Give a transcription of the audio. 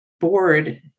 board